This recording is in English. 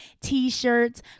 t-shirts